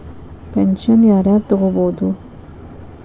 Pension ಯಾರ್ ಯಾರ್ ತೊಗೋಬೋದು?